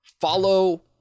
Follow